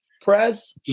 press